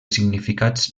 significats